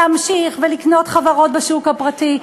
להמשיך לקנות חברות בשוק הפרטי,